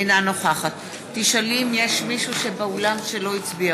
אינה נוכחת יש מישהו באולם שלא הצביע